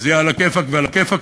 שזה יהיה עלא כיפאק ועלא כיפאק.